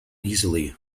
easily